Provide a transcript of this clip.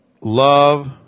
love